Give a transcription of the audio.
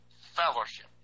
fellowship